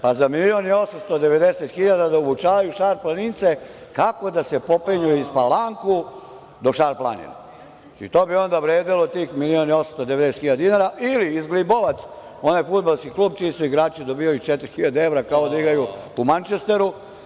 Pa, za milion i 890 hiljada dinara da obučavaju šarplanince kako da se popenju iz Palanku do Šar planine i to bi onda vredelo tih milion i 890 hiljada dinara ili iz „Glibovac“, onaj fudbalski klub čiji su igrači dobijali 4.000 evra kao da igraju u Mančesteru.